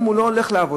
אם הוא לא הולך לעבודה,